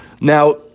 Now